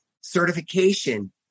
certification